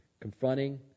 confronting